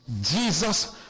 Jesus